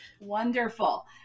Wonderful